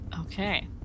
Okay